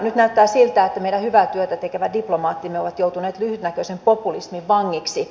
nyt näyttää siltä että meidän hyvää työtä tekevät diplomaattimme ovat joutuneet lyhytnäköisen populismin vangeiksi